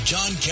John